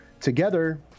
together